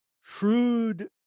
shrewd